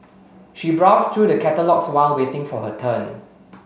she browsed through the catalogues while waiting for her turn